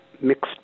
mixed